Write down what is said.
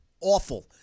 awful